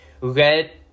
red